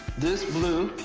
this blue.